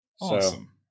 awesome